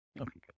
okay